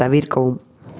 தவிர்க்கவும்